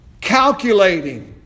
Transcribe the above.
Calculating